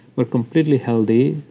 were completely healthy.